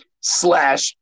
slash